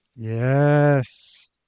Yes